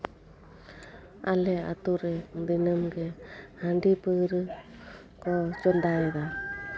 ᱟᱞᱮ ᱟᱹᱛᱩ ᱨᱮ ᱫᱤᱱᱟᱹᱢᱜᱮ ᱦᱟᱺᱰᱤ ᱯᱟᱹᱣᱨᱟᱹ ᱠᱚ ᱪᱚᱱᱫᱟᱭ ᱮᱫᱟ